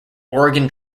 oregon